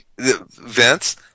Vince